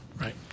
Right